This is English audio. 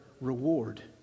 reward